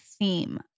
theme